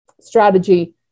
strategy